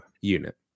unit